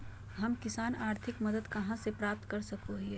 हम किसान आर्थिक मदत कहा से प्राप्त कर सको हियय?